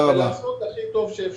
ולעשות הכי טוב שאפשר.